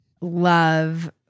love